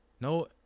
No